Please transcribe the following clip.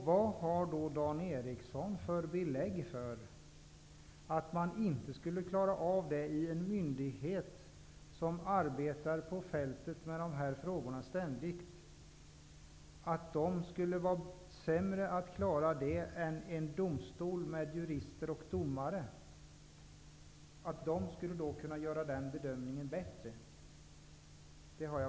Vad har då Dan Eriksson för belägg för att man inte skulle klara av det i en myndighet som ständigt arbetar ute på fältet med dessa frågor? Skulle de vara sämre att klara detta än en domstol med jurister och domare? Jag har svårt att första att lantmäteriet skulle kunna göra den bedömningen bättre.